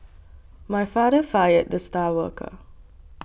my father fired the star worker